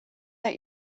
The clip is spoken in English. that